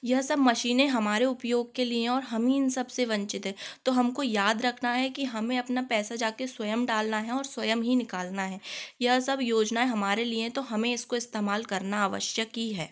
यह सब मशीनें हमारे उपयोग के लिए हैं और हम ही इन सब से वंचित है तो हमको याद रखना है कि हमें अपना पैसा जा कर स्वयं डालना है और स्वयं ही निकालना है यह सब योजनाएं हमारे लिए हैं तो हमें इसको इस्तेमाल करना आवश्यक ही है